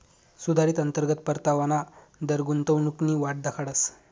सुधारित अंतर्गत परतावाना दर गुंतवणूकनी वाट दखाडस